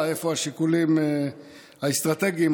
השאלה: איפה השיקולים האסטרטגיים,